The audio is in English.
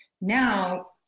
Now